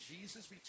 Jesus